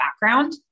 background